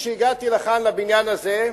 כשהגעתי לכאן, לבניין הזה,